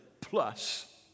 plus